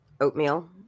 oatmeal